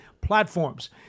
platforms